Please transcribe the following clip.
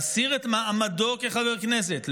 להסיר את מעמדו כחבר כנסת.